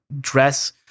dress